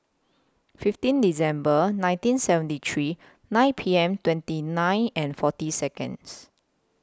fifteen December nineteen seventy three nine P M twenty nine and forty Seconds